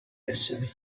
esseri